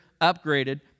upgraded